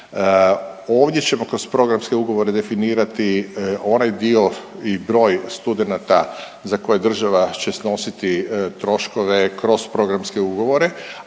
Ovdje ćemo kroz programske ugovore definirati onaj dio i broj studenata za koje država će snositi troškove kroz programske ugovore,